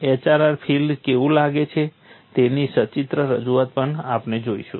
HRR field કેવું લાગે છે તેની સચિત્ર રજૂઆત પણ આપણે જોઈશું